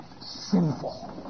sinful